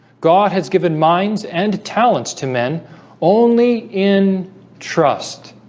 god has given minds and talents to men only in trust